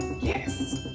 Yes